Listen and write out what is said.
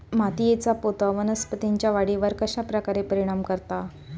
मातीएचा पोत वनस्पतींएच्या वाढीवर कश्या प्रकारे परिणाम करता?